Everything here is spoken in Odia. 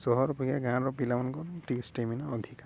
ସହର ଅପେକ୍ଷା ଗାଁର ପିଲାମାନଙ୍କର ଟିକେ ଷ୍ଟାମିନା ଅଧିକା